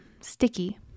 sticky